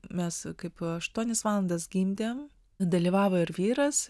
mes kaip aštuonias valandas gimdėm dalyvavo ir vyras